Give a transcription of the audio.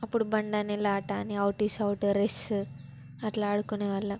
అప్పుడు బండని లాటా అని అవుట్ ఈస్ అవుటు రెస్ట్ అట్లా ఆడుకునే వాళ్ళం